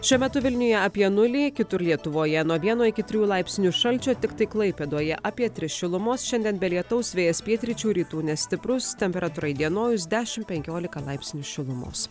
šiuo metu vilniuje apie nulį kitur lietuvoje nuo vieno iki trijų laipsnių šalčio tiktai klaipėdoje apie tris šilumos šiandien be lietaus vėjas pietryčių rytų nestiprus temperatūra įdienojus dešim penkiolika laipsnių šilumos